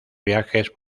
viajes